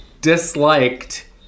Disliked